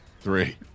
three